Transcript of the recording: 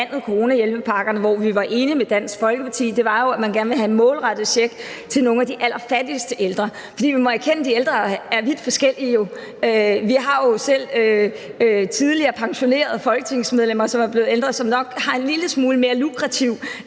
hvor vi var enige med Dansk Folkeparti, var jo målrettede check til nogle af de allerfattigste ældre, fordi vi må jo erkende, at de ældre er vidt forskellige. Vi har jo selv tidligere, nu pensionerede folketingsmedlemmer, som er blevet ældre, som nok har en lille smule mere lukrativ